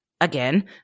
Again